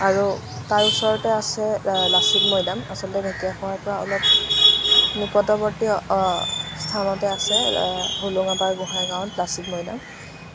আৰু তাৰ ওচৰতে আছে লাচিত মৈদাম আচলতে ঢেকীয়াখোৱাৰ পৰা অলপ নিকটৱৰ্তী স্থানতে আছে হোলোঙাপাৰ গোহাঁই গাওঁ লাচিত মৈদাম